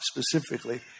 specifically